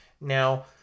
now